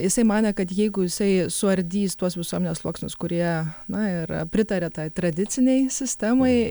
jisai manė kad jeigu jisai suardys tuos visuomenės sluoksnius kurie na yra pritaria tai tradicinei sistemai